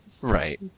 Right